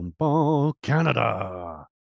Canada